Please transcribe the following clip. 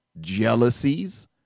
jealousies